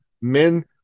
men